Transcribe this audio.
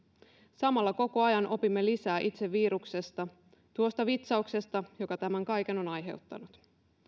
samalla koko ajan opimme lisää itse viruksesta tuosta vitsauksesta joka tämän kaiken on aiheuttanut